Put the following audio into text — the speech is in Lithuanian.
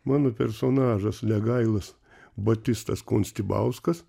mano personažas legailas batistas konstibauskas